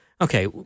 okay